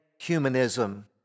humanism